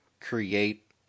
create